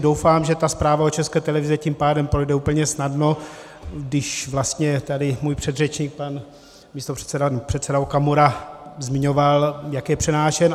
Doufám, že ta zpráva o České televizi tím pádem projde úplně snadno, když vlastně tady můj předřečník, pan místopředseda Okamura, zmiňoval, jak je přenášen.